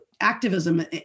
activism